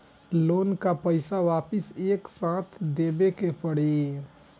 Loan का पईसा वापिस एक साथ देबेके पड़ी?